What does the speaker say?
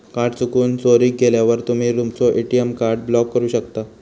card चुकून, चोरीक गेल्यावर तुम्ही तुमचो ए.टी.एम कार्ड ब्लॉक करू शकता